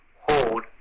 hold